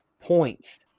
points